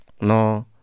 no